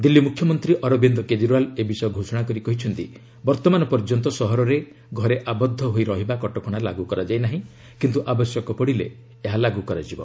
ଦିଲ୍ଲୀ ମୁଖ୍ୟମନ୍ତ୍ରୀ ଅରବିନ୍ଦ କେଜରିଓ୍ବାଲ ଏ ବିଷୟ ଘୋଷଣା କରି କହିଛନ୍ତି ବର୍ତ୍ତମାନ ପର୍ଯ୍ୟନ୍ତ ସହରରେ ଘରେ ଆବଦ୍ଧ ହୋଇ ରହିବା କଟକଣା ଲାଗୁ ହୋଇନାହିଁ କିନ୍ତୁ ଆବଶ୍ୟକ ପଡ଼ିଲେ ଏହା ଲାଗୁ କରାଯିବ